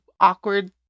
awkward